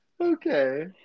Okay